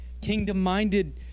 kingdom-minded